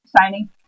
signing